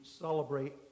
celebrate